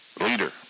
leader